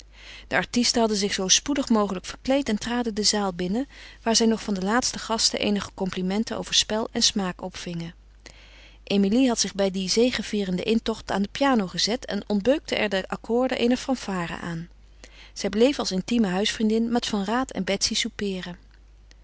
de artisten hadden zich zoo spoedig mogelijk verkleed en traden de zaal binnen waar zij nog van de laatste gasten eenige complimenten over spel en smaak opvingen emilie had zich bij dien zegevierenden intocht aan de piano gezet en ontbeukte er de akkoorden eener fanfare aan zij bleef als intieme huisvriendin met van raat en betsy soupeeren